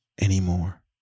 anymore